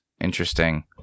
interesting